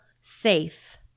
safe